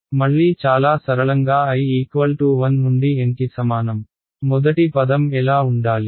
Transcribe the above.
మళ్ళీ చాలా సరళంగా i 1 నుండి N కి సమానం మొదటి పదం ఎలా ఉండాలి